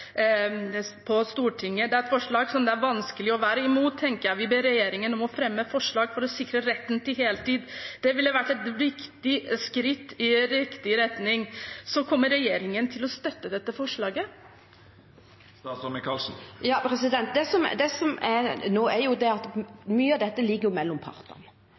Stortinget. Det er et forslag som det er vanskelig å være imot, tenker jeg. Vi ber regjeringen fremme forslag for å sikre retten til heltid. Det ville vært et viktig skritt i riktig retning. Kommer regjeringen til å støtte dette? Mye av dette ligger mellom partene. Vi har organisasjonene som er representert – Delta, Fagforbundet, Sykepleierforbundet osv. Det er viktig at den forhandlingsretten ligger